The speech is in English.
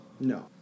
No